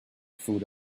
food